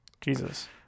Jesus